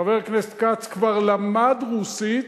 חבר הכנסת כץ כבר למד רוסית,